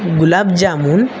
gulab jamun